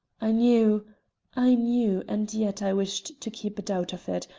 i knew i knew and yet i wished to keep a doubt of it,